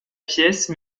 pièce